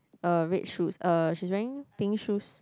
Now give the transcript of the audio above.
uh red shoes uh she's wearing pink shoes